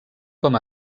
com